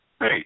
Hey